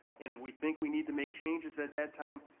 and if we think we need to make changes at that time,